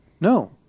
No